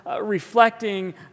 reflecting